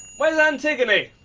where's ah antigone?